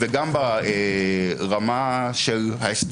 לרבות קביעה בדבר מועד התחילה של הוראת